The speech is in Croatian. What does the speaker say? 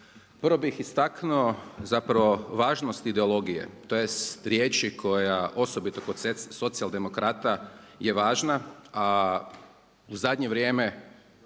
Prvo bih istaknuo zapravo važnost ideologije tj. riječi koja osobito kod socijaldemokrata je važna, a u zadnje vrijeme